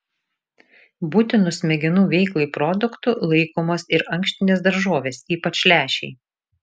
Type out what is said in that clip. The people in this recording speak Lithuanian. būtinu smegenų veiklai produktu laikomos ir ankštinės daržovės ypač lęšiai